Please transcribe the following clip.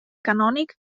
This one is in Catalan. canònic